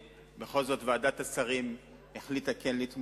וועדת השרים החליטה בכל זאת